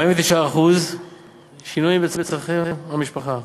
49% שינויים בצורכי המשפחה,